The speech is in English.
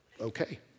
Okay